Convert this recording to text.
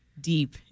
deep